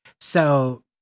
so-